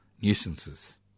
nuisances